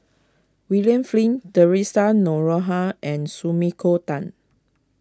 William Flint theresa Noronha and Sumiko Tan